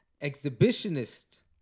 exhibitionist